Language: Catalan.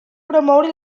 promoure